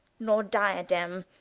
nor diadem